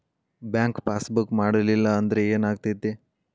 Bank passbook ಮಾಡಲಿಲ್ಲ ಅಂದ್ರೆ ಏನ್ ಆಗ್ತೈತಿ?